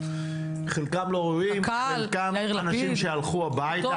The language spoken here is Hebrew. חלקם אנשים שהלכו הביתה,